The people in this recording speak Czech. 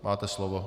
Máte slovo.